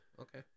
Okay